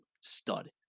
stud